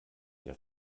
der